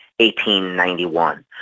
1891